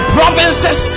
provinces